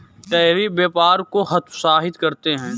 tariff व्यापार को हतोत्साहित करते हैं